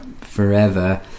forever